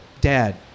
Dad